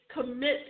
commit